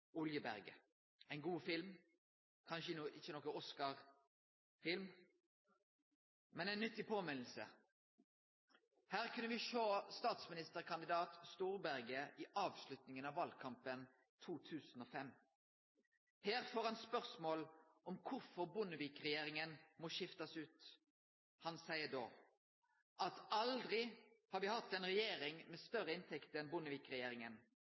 Oljeberget, ein god film – kanskje ikkje nokon Oscar-film, men ei nyttig påminning. Her kunne me sjå statsministerkandidat Stoltenberg i avslutninga av valkampen 2005. Han får spørsmål om kvifor Bondevik-regjeringa må skiftast ut. Han seier da at aldri har me hatt ei regjering med større inntekter enn